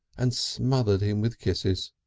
and smothered him with kisses.